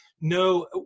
no